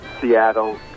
Seattle